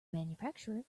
manufacturer